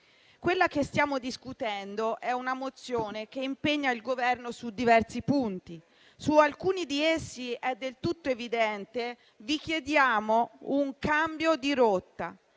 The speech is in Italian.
Quella che stiamo discutendo è una mozione che impegna il Governo su diversi punti. Su alcuni di essi, come è del tutto evidente, vi chiediamo un cambio di rotta.